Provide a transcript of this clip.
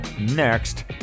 next